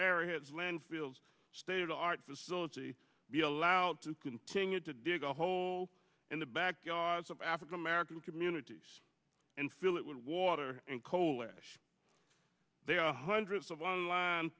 areas landfills state of the art facility be allowed to continue to dig a hole in the backyards of african american communities and fill it with water and coal ash there are hundreds of online